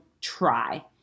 try